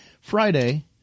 Friday